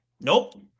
nope